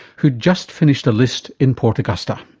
who'd just finished a list in port augusta.